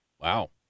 Wow